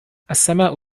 السماء